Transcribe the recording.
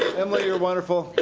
emily, you're wonderful.